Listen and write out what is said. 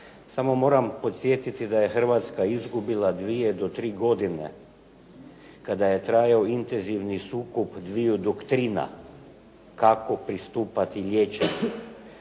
samo moram spomenuti da je Hrvatska izgubila 2 do 3 godine, kada je trajao intenzivni sukob dviju doktrina kako pristupati liječenju,